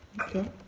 Okay